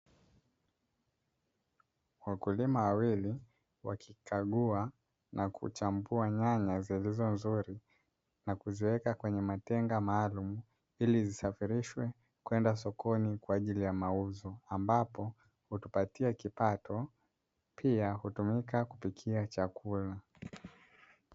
Wakulima wawili wakikagua na kuchambua nyanya zilizo nzuri na kuziweka kwenye matenga maalumu ili zisafirishwe kwenda sokoni kwa ajili ya mauzo ambapo hutupatia kipato na pia hutumika kupikia chakula.